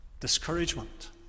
Discouragement